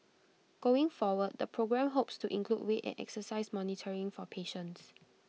going forward the programme hopes to include weight and exercise monitoring for patients